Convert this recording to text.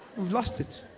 lost it.